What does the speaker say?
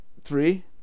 Three